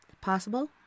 Possible